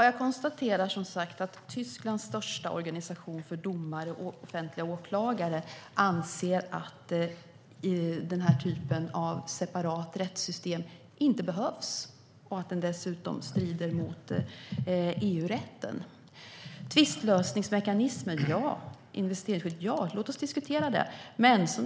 Herr talman! Tysklands största organisation för domare och offentliga åklagare anser som sagt att denna typ av separat rättssystem inte behövs och att det dessutom strider mot EU-rätten. Låt oss diskutera tvistlösningsmekanism och investeringsskydd.